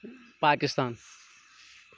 Pakistan